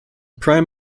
prime